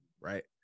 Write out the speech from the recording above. right